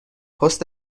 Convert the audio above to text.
پست